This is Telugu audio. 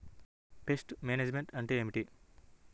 పెస్ట్ మేనేజ్మెంట్ అంటే ఏమిటి?